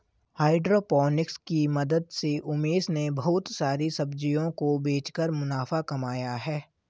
hydroponics की मदद से उमेश ने बहुत सारी सब्जियों को बेचकर मुनाफा कमाया है